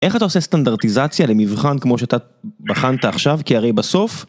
איך אתה עושה סטנדרטיזציה למבחן כמו שאתה בחנת עכשיו, כי הרי בסוף...